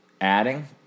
adding